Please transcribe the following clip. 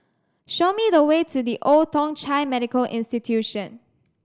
show me the way to The Old Thong Chai Medical Institution